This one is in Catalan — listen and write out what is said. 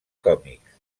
còmics